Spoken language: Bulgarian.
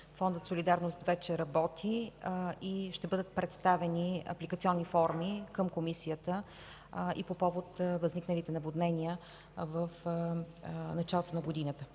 Фондът „Солидарност” вече работи и ще бъдат представени апликационни форми към Комисията и по повод възникналите наводнения в началото на годината.